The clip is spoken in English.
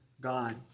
God